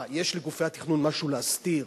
מה, יש לגופי התכנון משהו להסתיר?